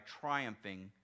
triumphing